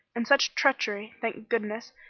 and such treachery, thank goodness,